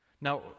Now